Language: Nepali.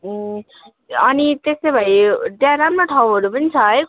ए अनि त्यसोभए त्यहाँ राम्रो ठाउँहरू पनि छ है